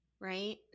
right